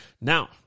Now